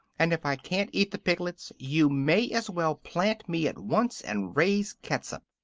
and if i can't eat the piglets you may as well plant me at once and raise catsup.